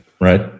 Right